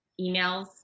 emails